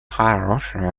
хорошей